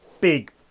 big